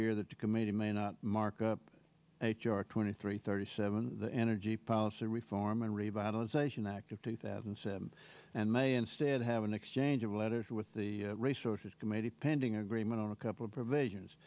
hear that the committee may not mark up h r twenty three thirty seven the energy policy reform and revitalization act of two thousand and seven and may instead have an exchange of letters with the resources committee pending agreement on a couple of provisions